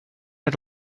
had